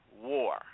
war